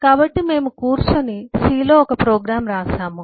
కాబట్టి మేము కూర్చుని C లో ఒక ప్రోగ్రామ్ రాశాము